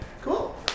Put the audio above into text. Cool